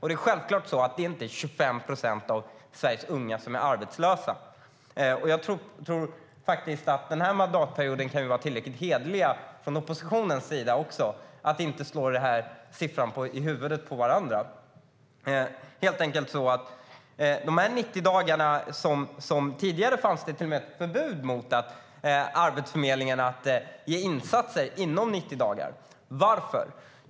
Det är självklart att det inte är 25 procent av Sveriges unga som är arbetslösa. Under den här mandatperioden kan vi vara hederliga också från oppositionen och inte slå denna siffra i huvudet på varandra. Tidigare fanns det till och med ett förbud mot insatser från Arbetsförmedlingen inom 90 dagar. Varför?